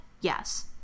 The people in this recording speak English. Yes